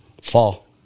Fall